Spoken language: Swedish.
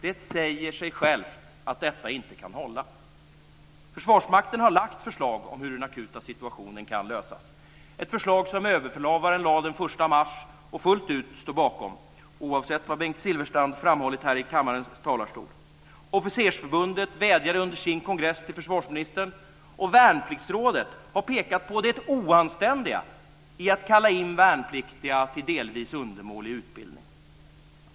Det säger sig självt att detta inte kan hålla. Försvarsmakten har lagt fram förslag om hur den akuta situationen kan lösas - ett förslag som Överbefälhavaren lade fram den 1 mars och fullt ut står bakom, oavsett vad Bengt Silfverstrand framhållit här i kammarens talarstol. Officersförbundet vädjade under sin kongress till försvarsministern, och Värnpliktsrådet har pekat på det oanständiga i att kalla in värnpliktiga till delvis undermålig utbildning.